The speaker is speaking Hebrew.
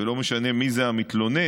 ולא משנה מי זה המתלונן,